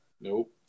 Nope